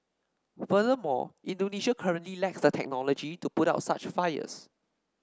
furthermore Indonesia currently lacks the technology to put out such fires